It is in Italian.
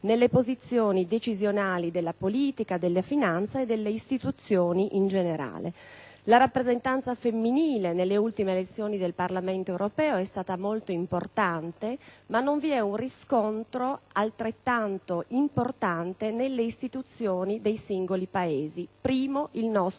nelle posizioni decisionali della politica, della finanza e delle istituzioni in generale. La rappresentanza femminile nelle ultime elezioni del Parlamento europeo è stata molto importante, ma non vi è un riscontro altrettanto importante nelle istituzioni dei singoli Paesi, in primo luogo nel nostro Paese,